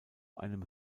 einem